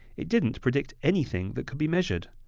it didn't predict anything that could be measured,